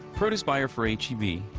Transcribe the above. produce buyer for h e b.